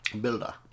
Builder